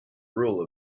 rule